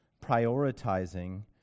prioritizing